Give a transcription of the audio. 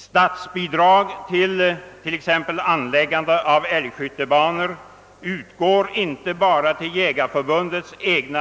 Statsbidrag till exempelvis anläggande av älgskyttebanor utgår inte bara till Svenska jägareförbundets